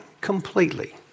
completely